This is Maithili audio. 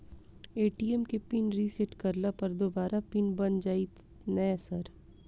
ए.टी.एम केँ पिन रिसेट करला पर दोबारा पिन बन जाइत नै सर?